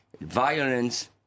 violence